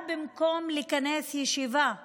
במקום שהממשלה תכנס ישיבת חירום,